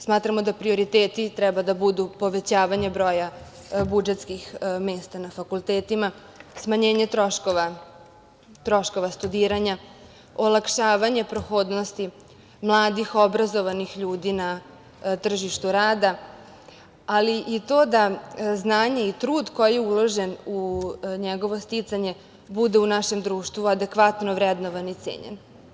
Smatramo da prioriteti treba da budu povećavanje budžetskih mesta na fakultetima, smanjenje troškova studiranja, olakšavanje prohodnosti mladih, obrazovanih ljudi na tržištu rada, ali i to da znanje i trud koji je uložen u njegovo stucanje bude u našem društvu bude adekvatno vrednovan i cenjen.